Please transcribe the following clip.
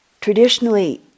Traditionally